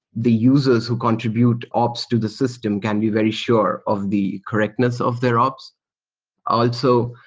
the users who contribute ops to the system can be very sure of the correctness of their ops also,